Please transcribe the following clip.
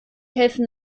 helfen